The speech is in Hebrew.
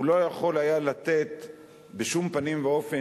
הוא לא יכול היה לתת בשום פנים ואופן